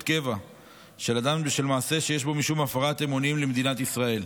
קבע של אדם בשל מעשה שיש בו משום הפרת אמונים למדינת ישראל.